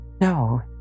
no